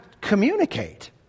communicate